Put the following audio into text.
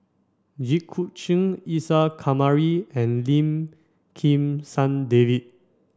Jit Koon Ch'ng Isa Kamari and Lim Kim San David